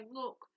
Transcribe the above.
look